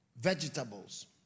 vegetables